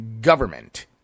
government